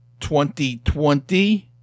2020